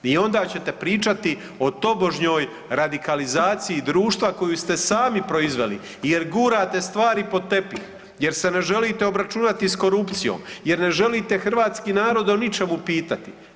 I onda ćete pričati o tobožnjoj radikalizaciji društva koju ste sami proizveli jer gurate stvari pod tepih, jer se ne želite obračunati s korupcijom, jer ne želite hrvatski narod o ničemu pitati.